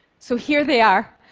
so here they are,